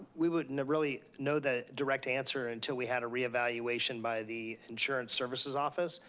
we wouldn't really know the direct answer until we had a reevaluation by the insurance services office.